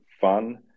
fun